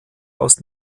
aus